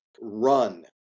run